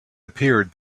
appeared